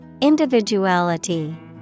Individuality